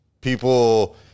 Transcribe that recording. people –